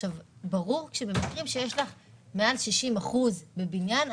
ברור שבמקרים שיש לך מעל 60 אחוזים בבניין,